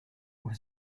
was